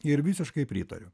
ir visiškai pritariu